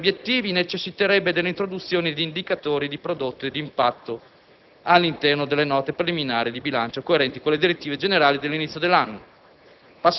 per obiettivi necessiterebbe dell'introduzione di indicatori di prodotto e di impatto all'interno delle note preliminari di bilancio coerenti con le direttive generali di inizio d'anno.